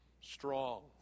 strong